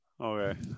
okay